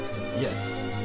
Yes